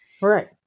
Right